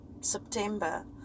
September